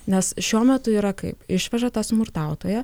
nes šiuo metu yra kaip išveža tą smurtautoją